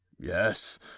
yes